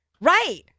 Right